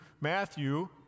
Matthew